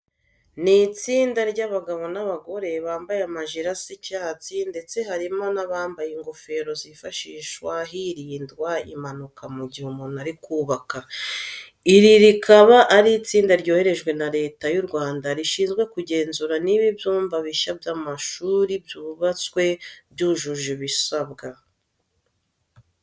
Ni itsinda ry'abagabo n'abagore, bambaye amajire asa icyatsi ndetse harimo n'abambaye ingofero zifashishwa hirindwa impanuka mu gihe umuntu ari kubaka. Iri rikaba ari itsinda ryoherejwe na Leta y'u Rwanda rishinzwe kugenzura niba ibyumba bishya by'amashuri byubatswe byujuje ibisabwa.